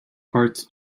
parts